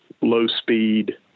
low-speed